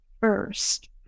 first